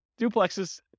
duplexes